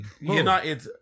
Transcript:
United